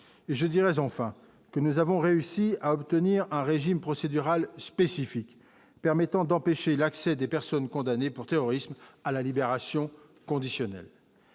et je dirais enfin que nous avons réussi à obtenir un régime procédural spécifique permettant d'empêcher l'accès des personnes condamnées pour terrorisme à la libération conditionnelle,